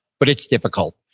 but it's difficult.